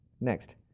Next